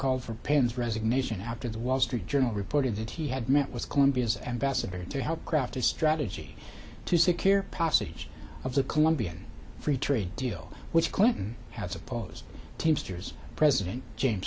called for penn's resignation after the wall street journal reported that he had met was colombia's ambassador to help craft a strategy to secure passage of the colombian free trade deal which clinton has opposed teamsters president james